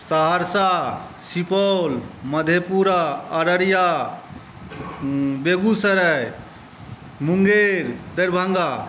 Saharsa Supaul Madhepura Araria Begusarai Munger Darbhanga